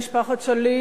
משפחת שליט,